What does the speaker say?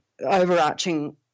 overarching